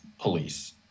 police